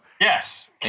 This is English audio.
Yes